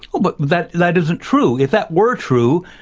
oh, but that that isn't true. if that were true,